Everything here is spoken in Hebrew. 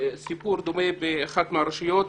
סיפור דומה באחת מהרשויות,